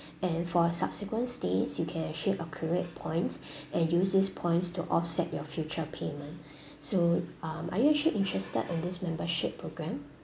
and for subsequent stays you can actually accurate points and use these points to offset your future payment so um are you actually interested in this membership programme